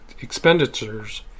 expenditures